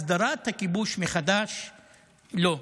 הסדרת הכיבוש מחדש, לא.